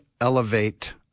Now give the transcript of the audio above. elevate